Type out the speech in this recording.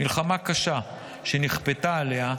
מלחמה קשה שנכפתה עליה,